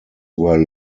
were